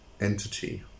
entity